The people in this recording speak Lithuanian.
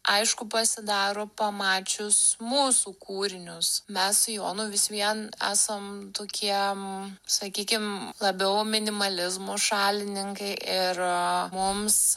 aišku pasidaro pamačius mūsų kūrinius mes su jonu vis vien esam tokiem sakykim labiau minimalizmo šalininkai ir mums